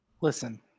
Listen